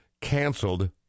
Canceled